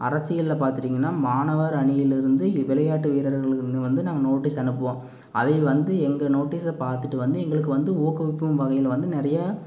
அரசியல்ல பார்த்துட்டிங்கன்னா மாணவர் அணியிலிருந்து விளையாட்டு வீரர்களுக்கு வந்து நாங்கள் நோட்டீஸ் அனுப்புவோம் அதை வந்து எங்கள் நோட்டீஸை பார்த்துட்டு வந்து எங்களுக்கு வந்து ஊக்குவிக்கும் வகையில் வந்து நிறைய